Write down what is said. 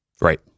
Right